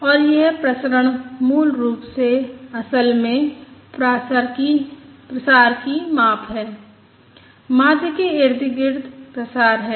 और यह प्रसरण मूल रूप से असल में प्रसार की माप है माध्य के इर्द गिर्द प्रसार है